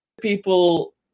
people